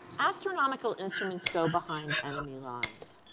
astronomical instruments go behind enemy lines